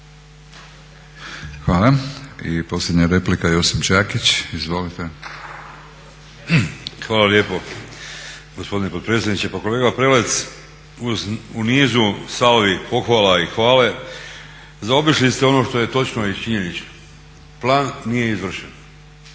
Hvala. I posljednja replika, Josip Đakić. Izvolite. **Đakić, Josip (HDZ)** Hvala lijepo gospodine potpredsjedniče. Pa kolega Prelec u nizu salvi pohvala i hvale zaobišli ste ono što je točno i činjenično, plan nije izvršen.